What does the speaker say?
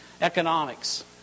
economics